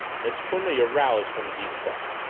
miss cornelia roused from deep thought.